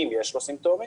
אם יש לו סימפטומים,